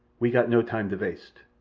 we got no time to vaste.